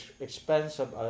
expensive